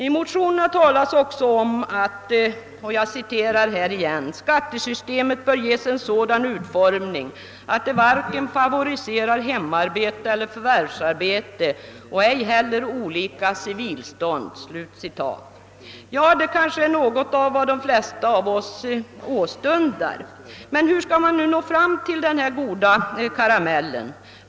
I motionerna talas också om att »skattesystemet bör ges en sådan utformning att det varken favoriserar hemarbete eller förvärvsarbete och ej heller olika civilstånd». Detta är väl något som de flesta av oss åstundar. Men hur skall man nu nå fram till den här goda karamellen?